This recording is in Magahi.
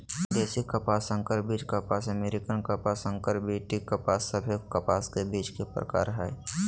देशी कपास, संकर बीज कपास, अमेरिकन कपास, संकर बी.टी कपास सभे कपास के बीज के प्रकार हय